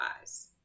eyes